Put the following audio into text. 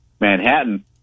Manhattan